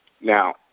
Now